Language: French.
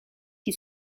qui